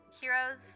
heroes